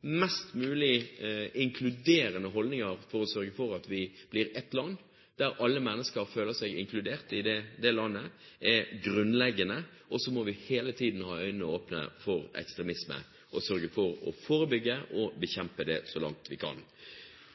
mest mulig dialog, mest mulig inkluderende holdninger slik at vi blir et land der alle mennesker føler seg inkludert, er grunnleggende. Så må vi hele tiden ha øynene åpne for ekstremisme, og sørge for å forebygge og bekjempe det så langt vi kan.